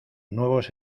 nuevos